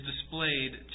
displayed